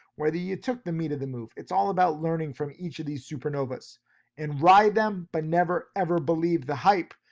whether you took the meat of the move, it's all about learning from each of these supernovas and ride them but never, ever believe the hype.